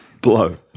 Blow